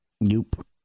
Nope